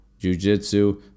jujitsu